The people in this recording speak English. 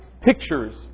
pictures